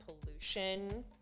pollution